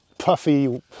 puffy